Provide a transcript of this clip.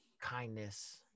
kindness